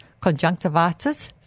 conjunctivitis